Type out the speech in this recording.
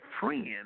friend